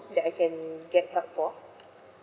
that I can get help for